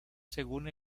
según